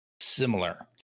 similar